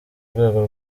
rwego